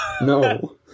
No